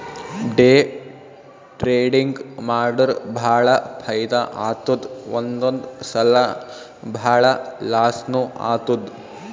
day trading ಮಾಡುರ್ ಭಾಳ ಫೈದಾ ಆತ್ತುದ್ ಒಂದೊಂದ್ ಸಲಾ ಭಾಳ ಲಾಸ್ನೂ ಆತ್ತುದ್